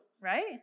right